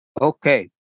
Okay